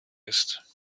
ist